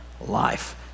life